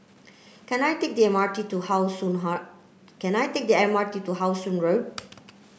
can I take the M R T to How Sun can I take the M R T to How Sun Road